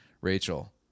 Rachel